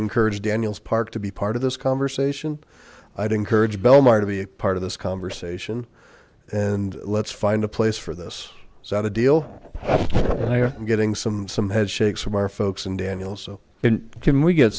encourage daniels park to be part of this conversation i'd encourage bellmawr to be a part of this conversation and let's find a place for this is not a deal and i are getting some some head shakes from our folks and daniel so can we get